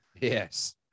Yes